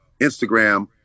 instagram